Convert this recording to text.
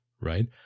right